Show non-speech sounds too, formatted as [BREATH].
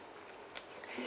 [BREATH]